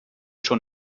schon